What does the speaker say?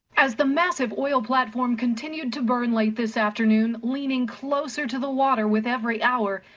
as the massive oil platform continued to burn late this afternoon, leaning closer to the water with every hour,